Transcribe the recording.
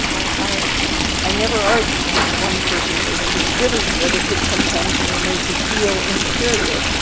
i i never argued that one person wasn't as good as the other. but sometimes you were made to feel inferior.